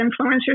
influencers